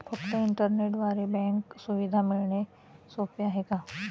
फक्त इंटरनेटद्वारे बँक सुविधा मिळणे सोपे आहे का?